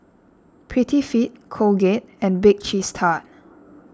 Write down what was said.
Prettyfit Colgate and Bake Cheese Tart